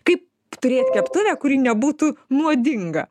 kaip turėt keptuvę kuri nebūtų nuodinga